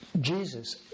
Jesus